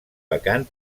vacant